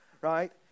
right